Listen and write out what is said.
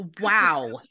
wow